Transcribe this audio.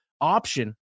option